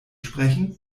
sprechen